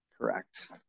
Correct